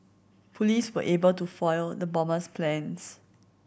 police were able to foil the bomber's plans